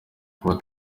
kuba